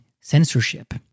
censorship